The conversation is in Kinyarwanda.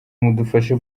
mudufashe